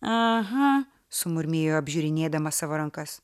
aha sumurmėjo apžiūrinėdama savo rankas